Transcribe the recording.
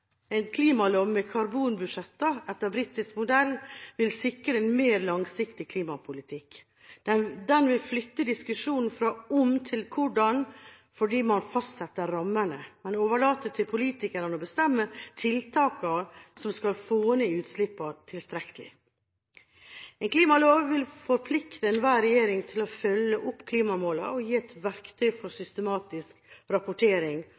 En klimalov med karbonbudsjetter etter britisk modell vil sikre en mer langsiktig klimapolitikk. Den vil flytte diskusjonen fra om til hvordan, fordi man fastsetter rammene, men overlater til politikerne å bestemme tiltakene som skal få ned utslippene tilstrekkelig. En klimalov vil forplikte enhver regjering til å følge opp klimamålene og gi et verktøy for systematisk rapportering